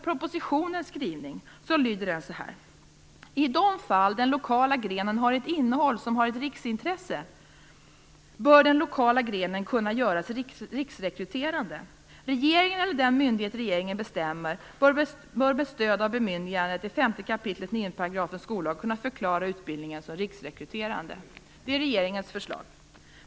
Propositionens skrivning lyder: I de fall den lokala grenen har ett innehåll som har ett riksintresse bör den lokala grenen kunna göras riksrekryterande. Regeringen eller den myndighet regeringen bestämmer bör med stöd av bemyndigande i 5 kap, 9§ skollagen kunna förklara utbildningen som riksrekryterande. Det är regeringens förslag.